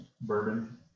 Bourbon